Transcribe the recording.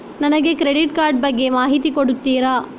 ನನಗೆ credit card ಬಗ್ಗೆ ಮಾಹಿತಿ ಕೊಡುತ್ತೀರಾ?